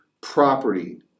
property